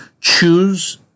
Choose